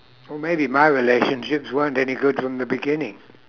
or maybe my relationships weren't any good from the beginning